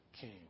king